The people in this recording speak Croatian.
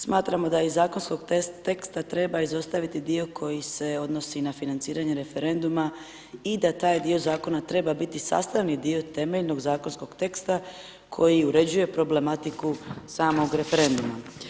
Smatramo da je iz zakonskog teksta treba izostaviti dio koji se odnosi na financiranje referenduma i da taj dio zakona treba biti sastavni dio temeljnog zakonskog teksta koji uređuje problematiku samog referenduma.